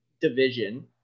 division